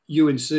UNC